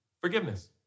forgiveness